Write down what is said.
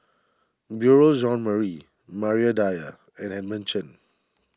Beurel Marie Maria Dyer and Edmund Chen